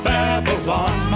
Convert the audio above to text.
Babylon